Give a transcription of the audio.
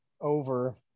over